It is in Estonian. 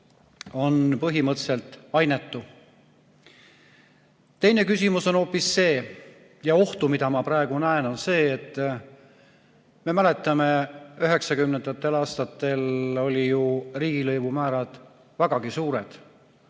on põhimõtteliselt ainetu. Teine küsimus on hoopis see, ja oht, mida ma praegu näen, on see, et me mäletame, kuidas 90. aastatel olid ju riigilõivumäärad vägagi suured